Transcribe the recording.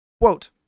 Quote